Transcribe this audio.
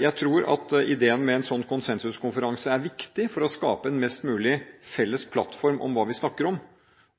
Jeg tror at ideen med en sånn konsensuskonferanse er viktig for å skape en mest mulig felles plattform om hva vi snakker om.